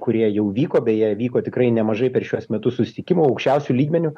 kurie jau vyko beje vyko tikrai nemažai per šiuos metus susitikimų aukščiausiu lygmeniu